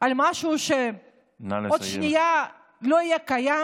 על משהו שעוד שנייה לא יהיה קיים?